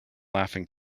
laughing